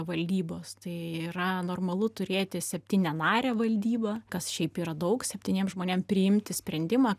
valdybos tai yra normalu turėti septynianarę valdybą kas šiaip yra daug septyniem žmonėm priimti sprendimą